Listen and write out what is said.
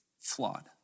flawed